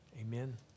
Amen